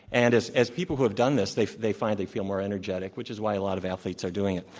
and as as people who have done this, they they find they feel more energetic, which is why a lot of athletes are doing it.